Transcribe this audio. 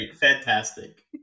Fantastic